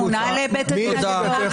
לביא, הדיין